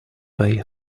bay